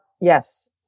Yes